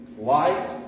light